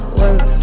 work